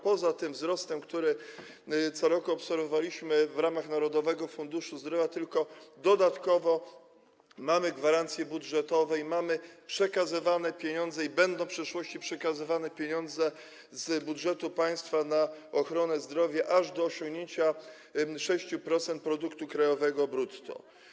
Poza tym wzrostem, który co roku obserwowaliśmy w ramach Narodowego Funduszu Zdrowia, dodatkowo mamy gwarancje budżetowe i są przekazywane, i będą w przyszłości, pieniądze z budżetu państwa na ochronę zdrowia, aż do osiągnięcia 6% produktu krajowego brutto.